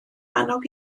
annog